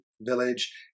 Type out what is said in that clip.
village